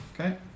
Okay